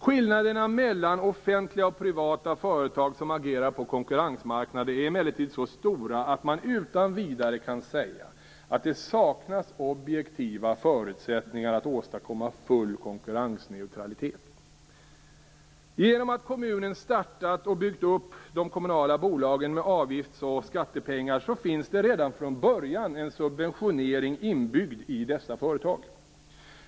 Skillnaderna mellan offentliga och privata företag som agerar på konkurrensmarknader är emellertid så stora att man utan vidare kan säga att det saknas objektiva förutsättningar att åstadkomma full konkurrensneutralitet. Genom att kommunen har startat och byggt upp de kommunala bolagen med avgifts och skattepengar finns det redan från början en subventionering inbyggd i dessa företag.